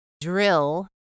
drill